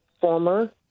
former